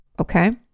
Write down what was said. okay